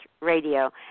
Radio